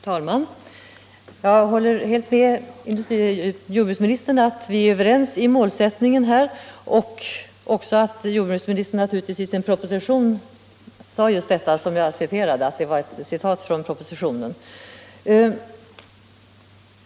Herr talman! Jag är helt överens med jordbruksministern om målsättningen. Jag vill också bekräfta att det uttalande av jordbruksministern som jag citerade var hämtat ur propositionen.